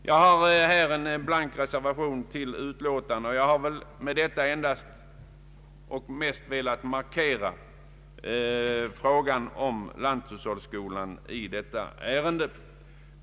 Jag har i denna fråga en blank reservation till utlåtandet, och jag har genom den egentligen bara velat markera lanthushållsskolans betydelse i detta sammanhang.